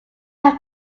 help